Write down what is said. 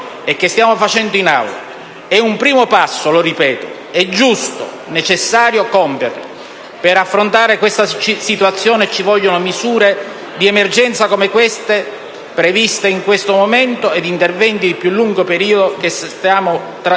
È un primo passo, lo ripeto: è giusto e necessario compierlo. Per affrontare questa situazione ci vogliono misure di emergenza come queste previste in questo momento e interventi di più lungo periodo che stiamo trattando